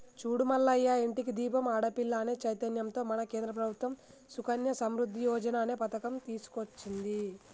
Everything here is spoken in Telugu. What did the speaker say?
చూడు మల్లయ్య ఇంటికి దీపం ఆడపిల్ల అనే చైతన్యంతో మన కేంద్ర ప్రభుత్వం సుకన్య సమృద్ధి యోజన అనే పథకం తీసుకొచ్చింది